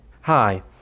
Hi